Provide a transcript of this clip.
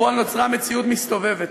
בפועל נוצרה מציאות מסתובבת.